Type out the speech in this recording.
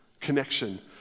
connection